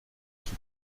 qui